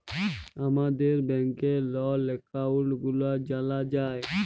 আমাদের ব্যাংকের লল একাউল্ট গুলা জালা যায়